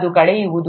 ಅದು ಕಳೆಯುವುದು